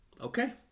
Okay